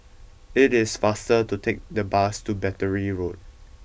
it is faster to take the bus to Battery Road